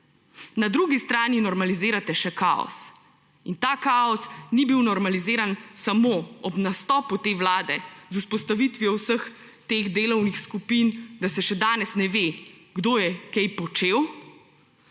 na drugi strani normalizirate še kaos. Ta kaos ni bil normaliziran samo ob nastopu te vlade z vzpostavitvijo vseh teh delovnih skupin, da se še danes ne ve, kdo je kaj počel,